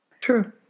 True